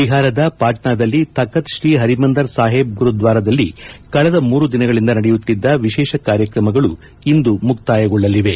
ಬಿಹಾರದ ಪಾಟ್ವಾದಲ್ಲಿ ತಖತ್ ಶ್ರೀ ಹರಿಮಂದಿರ್ ಸಾಹೇಬ್ ಗುರುದ್ವಾರಾದಲ್ಲಿ ಕಳೆದ ಮೂರು ದಿನಗಳಿಂದ ನಡೆಯುತ್ತಿದ್ದ ವಿಶೇಷ ಕಾರ್ಯಕ್ರಮಗಳು ಇಂದು ಮುಕ್ತಾಯಗೊಳ್ಳಲಿವೆ